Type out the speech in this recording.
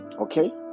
okay